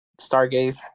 Stargaze